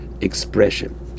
expression